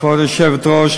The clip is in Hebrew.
כבוד היושבת-ראש,